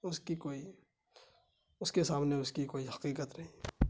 اس کی کوئی اس کے سامنے اس کی کوئی حقیقت نہیں